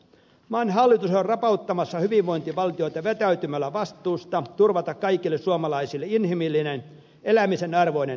maan hallitus on rapauttamassa hyvinvointivaltiota vetäytymällä vastuusta turvata kaikille suomalaisille inhimillinen elämisen arvoinen elämä